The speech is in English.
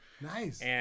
Nice